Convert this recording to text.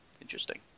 Interesting